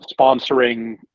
sponsoring